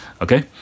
okay